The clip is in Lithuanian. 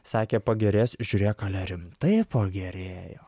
sakė pagerės žiūrėk ale rimtai pagerėjo